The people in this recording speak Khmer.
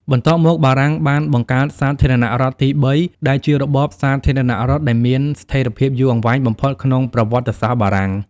បន្ទាប់មក បារាំងបានបង្កើត សាធារណរដ្ឋទីបី ដែលជារបបសាធារណរដ្ឋដែលមានស្ថិរភាពយូរអង្វែងបំផុតក្នុងប្រវត្តិសាស្ត្របារាំង។